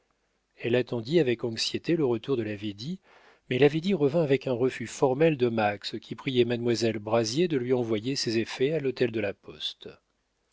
elle attendit avec anxiété le retour de la védie mais la védie revint avec un refus formel de max qui priait mademoiselle brazier de lui envoyer ses effets à l'hôtel de la poste